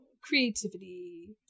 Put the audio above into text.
creativity